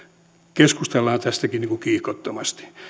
keskustellaan tästäkin kiihkottomasti